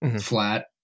flat